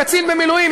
קצין במילואים,